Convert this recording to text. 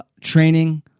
training